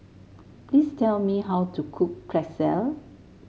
please tell me how to cook Pretzel